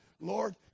Lord